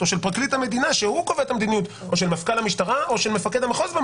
או של פרקליט המדינה או מפכ"ל המשטרה או מפקד המחוז,